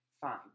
fine